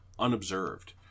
Unobserved